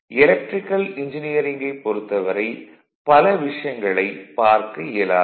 electrical எஞ்சினியரிங்கைப் பொறுத்தவரை பல விஷயங்களை பார்க்க இயலாது